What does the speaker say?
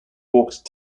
walked